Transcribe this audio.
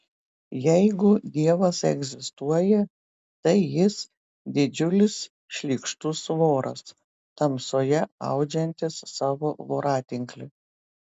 jeigu dievas egzistuoja tai jis didžiulis šlykštus voras tamsoje audžiantis savo voratinklį